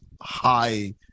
high